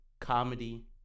comedy